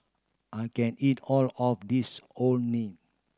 I can't eat all of this Orh Nee